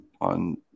on